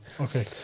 Okay